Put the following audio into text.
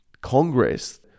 Congress